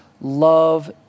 Love